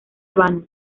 habana